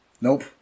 Nope